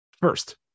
First